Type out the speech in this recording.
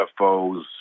UFOs